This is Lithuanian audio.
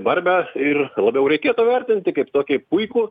barbę ir labiau reikėtų vertinti kaip tokį puikų